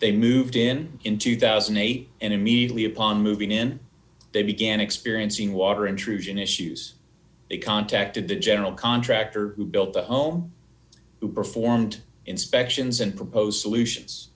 they moved in in two thousand and eight and immediately upon moving in they began experiencing water intrusion issues they contacted the general contractor who built the home who performed inspections and proposed solutions